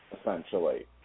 essentially